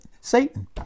Satan